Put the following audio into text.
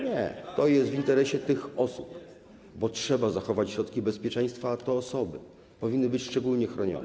Nie, to jest w interesie tych osób, bo trzeba zachować środki bezpieczeństwa, a te osoby powinny być szczególnie chronione.